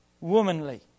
womanly